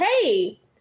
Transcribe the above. hey